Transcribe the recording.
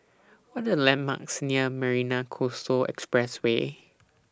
What Are The landmarks near Marina Coastal Expressway